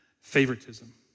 favoritism